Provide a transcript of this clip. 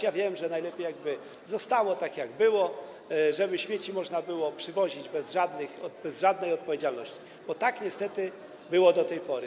Ja wiem, że najlepiej, jakby zostało tak, jak było, żeby śmieci można było przywozić bez żadnej odpowiedzialności, bo tak niestety było do tej pory.